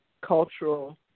cultural